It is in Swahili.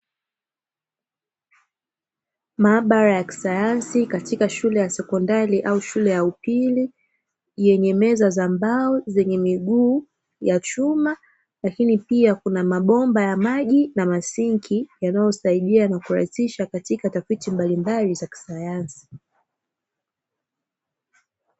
Maabara ya kisayansi katika shule ya sekondari au shule ya upili yenye meza za mbao zenye miguu ya chuma, lakini pia kuna mabomba ya maji na masinki yanayosaidia na kurahisisha katika tafiti mbalimbali za kisayansi.